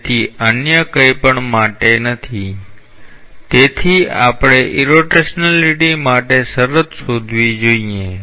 તેથી અન્ય કંઈપણ માટે તેથી આપણે ઇરોટેશનલીટી માટે શરત શોધવી જોઈએ